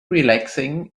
relaxing